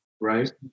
right